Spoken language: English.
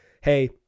hey